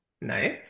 Nice